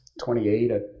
28